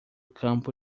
campo